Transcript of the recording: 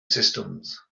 systems